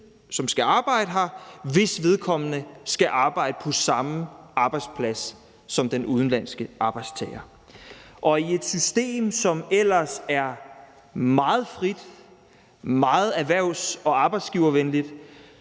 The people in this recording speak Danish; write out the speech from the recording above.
som skal arbejde her, hvis vedkommende skal arbejde på samme arbejdsplads som den udenlandske arbejdstager. I et system, som ellers er meget frit og meget erhvervs- og arbejdsgivervenligt,